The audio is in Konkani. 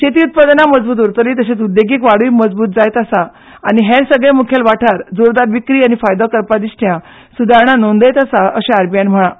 शेती उत्पादनां मजबूत उरतली तशेंच उद्देगीक वाडूय मजबूत जायत आसा आनी हेर सगले मुखेल वाठार जोरदार विक्री आनी फायदो करपा वटयां सुदारणां नोंदयत आसा अशेंय आरबीआयन म्हळां